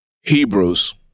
Hebrews